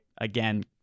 again